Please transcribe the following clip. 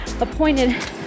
appointed